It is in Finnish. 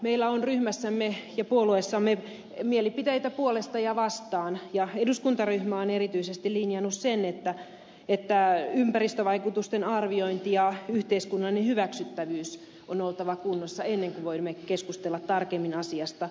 meillä on ryhmässämme ja puolueessamme mielipiteitä puolesta ja vastaan ja eduskuntaryhmä on erityisesti linjannut sen että ympäristövaikutusten arvioinnin ja yhteiskunnallisen hyväksyttävyyden on oltava kunnossa ennen kuin voimme keskustella tarkemmin asiasta